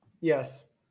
Yes